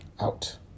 out